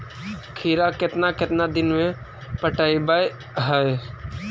खिरा केतना केतना दिन में पटैबए है?